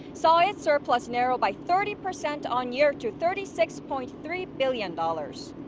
saw its surplus narrow by thirty percent on-year to thirty six point three billion dollars.